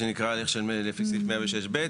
בתוך השטח הפרטי אפשר לעשות.